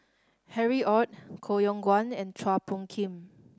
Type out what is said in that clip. Harry Ord Koh Yong Guan and Chua Phung Kim